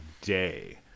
day